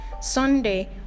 Sunday